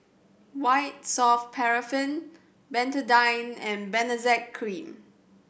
White Soft Paraffin Betadine and Benzac Cream